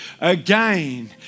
again